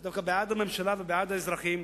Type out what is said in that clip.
זה דווקא בעד הממשלה ובעד האזרחים,